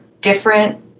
different